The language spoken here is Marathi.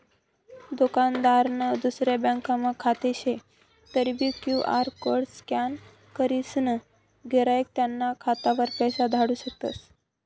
दुकानदारनं दुसरा ब्यांकमा खातं शे तरीबी क्यु.आर कोड स्कॅन करीसन गिराईक त्याना खातावर पैसा धाडू शकतस